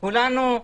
כולנו,